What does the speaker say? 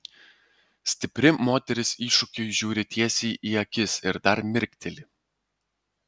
stipri moteris iššūkiui žiūri tiesiai į akis ir dar mirkteli